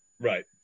Right